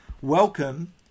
welcome